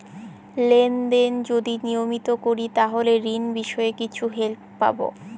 Lane দেন যদি নিয়মিত করি তাহলে ঋণ বিষয়ে কিছু হেল্প পাবো?